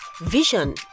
vision